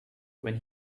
when